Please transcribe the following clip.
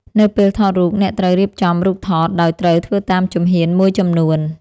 នៅពេលថតរូប អ្នកត្រូវរៀបចំរូបថត ដោយត្រូវធ្វើតាមជំហ៊ានមួយចំនួន។